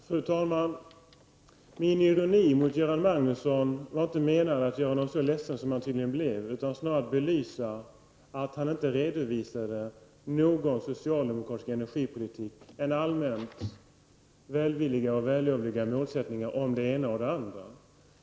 Fru talman! Min ironi mot Göran Magnusson var inte menad att göra honom så ledsen, snarare att belysa att han inte redovisade någon annan socialdemokratisk energipolitik än allmänt välvilliga och vällovliga målsättningar om det ena eller det andra.